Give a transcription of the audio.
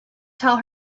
tell